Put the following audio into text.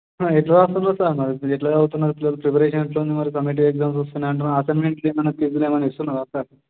ఎట్లా రాస్తున్నారు సార్ మరి ఇప్పుడు ఎట్లా చదువుతున్నారు పిల్లలు ప్రిపరేషన్ ఎట్లా ఉంది మరి సమ్మేటివ్ ఎగ్జామ్స్ వస్తున్నాయ్ అంటున్నారు అసైన్మెంట్లు ఏమన్నా క్విజ్జులు ఏమైనా ఇస్తున్నారా సార్